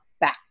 back